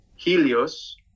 Helios